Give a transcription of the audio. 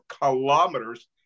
kilometers